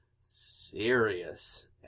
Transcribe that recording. serious